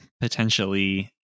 potentially